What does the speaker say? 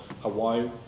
Hawaii